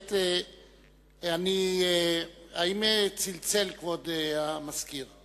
האם כבוד המזכיר צלצל?